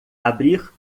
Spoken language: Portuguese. abrir